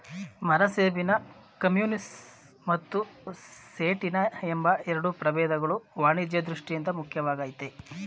ಮರಸೇಬಿನ ಕಮ್ಯುನಿಸ್ ಮತ್ತು ಸೇಟಿನ ಎಂಬ ಎರಡು ಪ್ರಭೇದಗಳು ವಾಣಿಜ್ಯ ದೃಷ್ಠಿಯಿಂದ ಮುಖ್ಯವಾಗಯ್ತೆ